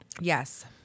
Yes